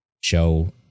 show